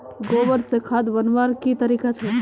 गोबर से खाद बनवार की तरीका छे?